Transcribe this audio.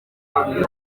n’abandi